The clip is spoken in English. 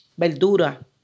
verdura